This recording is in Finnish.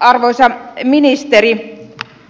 arvoisa ministeri